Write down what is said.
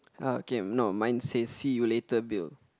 uh okay no mine says see you later Bill